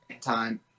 time